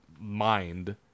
mind